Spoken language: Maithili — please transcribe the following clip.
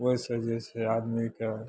ओहिसँ जे छै आदमीके